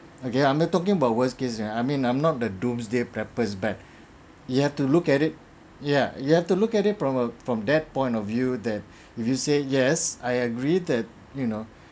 okay I'm not talking about worst case you know I mean I'm not the doomsday preppers back you have to look at it ya you have to look at it from uh from that point of view that if you say yes I agree that you know